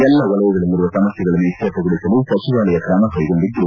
ಎಲ್ಲ ವಲಯಗಳಲ್ಲಿರುವ ಸಮಸ್ಥೆಗಳನ್ನು ಇತ್ಯರ್ಥಗೊಳಿಸಲು ಸಚಿವಾಲಯ ಕ್ರಮಕೈಗೊಂಡಿದ್ದು